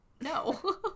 No